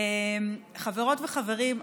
חברות וחברים,